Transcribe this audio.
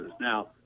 Now